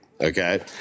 Okay